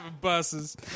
buses